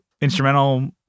instrumental